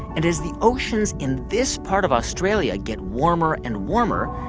and as the oceans in this part of australia get warmer and warmer,